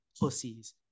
pussies